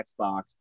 Xbox